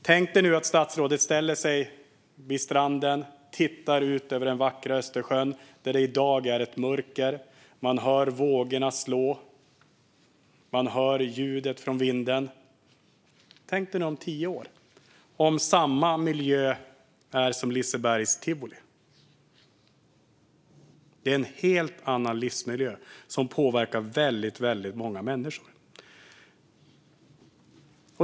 Vi kan tänka oss att statsrådet ställer sig vid stranden, tittar ut över den vackra Östersjön där det i dag är ett mörker och man kan höra vågorna slå och höra ljudet från vinden. Tänk hur det är om tio år, om samma miljö är som Lisebergs tivoli. Det är en helt annan livsmiljö, som påverkar väldigt många människor.